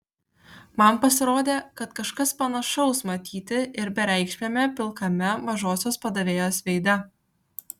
man pasirodė kad kažkas panašaus matyti ir bereikšmiame pilkame mažosios padavėjos veide